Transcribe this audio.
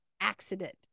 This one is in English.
accident